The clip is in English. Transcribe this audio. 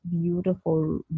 beautiful